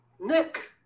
Nick